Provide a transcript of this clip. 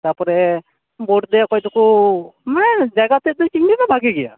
ᱛᱟᱯᱚᱨᱮ ᱵᱳᱴ ᱨᱮ ᱚᱠᱚᱭ ᱠᱳᱠᱳ ᱢᱮᱸᱻ ᱡᱟᱭᱜᱟ ᱛᱮᱫ ᱫᱚ ᱵᱷᱟᱜᱮ ᱜᱮᱭᱟ